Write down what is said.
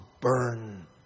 burn